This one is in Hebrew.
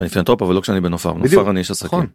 אני פילנטרופ אבל לא כשאני בנופר נופר אני איש עסקים.